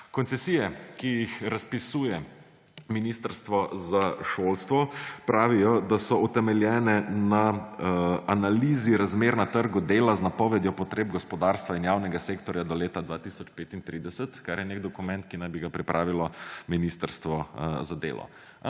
koncesije, ki jih razpisuje ministrstvo za šolstvo, utemeljene na analizi razmer na trgu dela z napovedjo potreb gospodarstva in javnega sektorja do leta 2035, kar je nek dokument, ki naj bi ga pripravilo ministrstvo za delo.